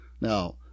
Now